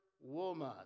woman